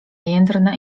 jędrna